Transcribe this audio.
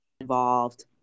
involved